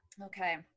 Okay